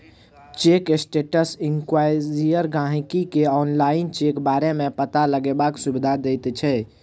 cheque status inquiry गाहिंकी केँ online check बारे मे पता लगेबाक सुविधा दैत छै